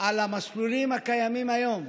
על המסלולים הקיימים היום,